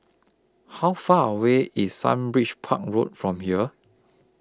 How Far away IS Sunbridge Park Road from here